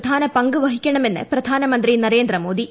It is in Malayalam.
പ്രധാന പങ്ക് വഹിക്കണമെന്ന് പ്രധാനമന്ത്രി നരേന്ദ്രമോദി